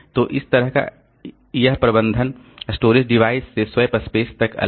तो इस तरह यह प्रबंधन स्टोरेज डिवाइस से स्वैप स्पेस तक अलग है